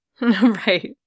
Right